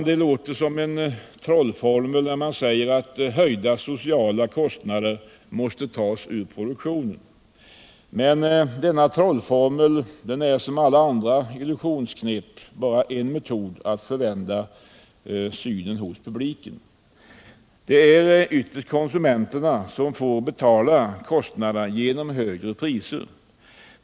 Det låter som en trollformel när man säger att höjda sociala kostnader måste tas ur produktionen. Men denna trollformel är som alla andra illusionistknep bara en metod att förvända synen hos publiken. Det är ytterst konsumenterna som får betala kostnaderna genom högre priser.